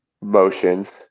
motions